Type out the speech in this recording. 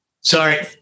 Sorry